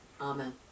Amen